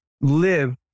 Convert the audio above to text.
live